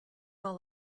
all